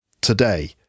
today